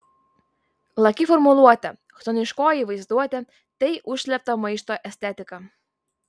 laki formuluotė chtoniškoji vaizduotė tai užslėpto maišto estetika